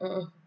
mm mm